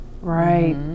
right